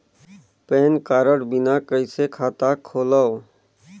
Pan card बिना कइसे खाता खोलव?